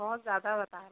बहुत ज़्यादा बता रहे हैं